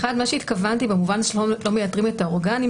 מה שהתכוונתי במובן שלא מייתרים את האורגנים,